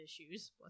issues